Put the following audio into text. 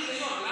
אין היגיון.